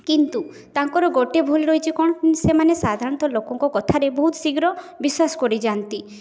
କିନ୍ତୁ ତାଙ୍କର ଗୋଟେ ଭୁଲ୍ ରହୁଛି କ'ଣ ସେମାନେ ସାଧାରଣତଃ ଲୋକମାନଙ୍କ କଥାରେ ବହୁତ ଶୀଘ୍ର ବିଶ୍ଵାସ କରି ଯାଆନ୍ତି